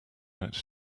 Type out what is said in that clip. out